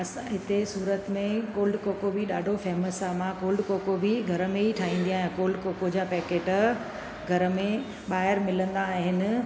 असां हिते सूरत में कोल्ड कोको बि ॾाढो फेमस आहे मां कोल्ड कोको बि घर में ही ठहींदी आहियां कोल्ड कोको जा पैकेट घर में ॿाहिरि मिलंदा आहिनि